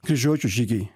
kryžiuočių žygiai